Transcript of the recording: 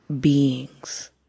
beings